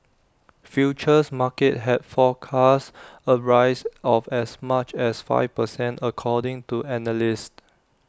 futures markets had forecast A rise of as much as five per cent according to analysts